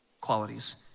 qualities